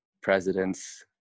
presidents